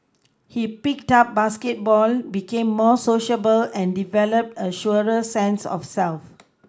he picked up basketball became more sociable and developed a surer sense of self